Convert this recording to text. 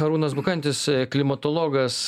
arūnas bukantis klimatologas